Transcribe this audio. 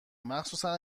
مخصوصن